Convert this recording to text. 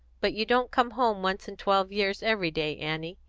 but you don't come home once in twelve years every day, annie.